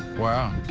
wow.